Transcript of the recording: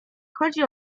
chodzi